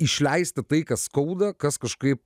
išleisti tai kas skauda kas kažkaip